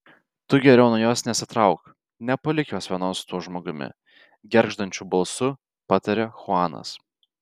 tu geriau nuo jos nesitrauk nepalik jos vienos su tuo žmogumi gergždžiančiu balsu pataria chuanas